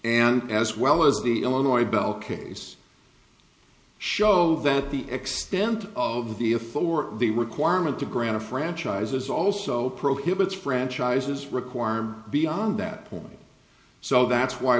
and as well as the illinois bell case show that the extent of the a for the requirement to grant a franchise is also prohibits franchises requirement beyond that point so that's why